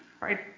right